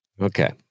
okay